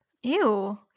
Ew